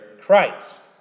Christ